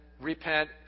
repent